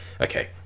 okay